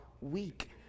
Weak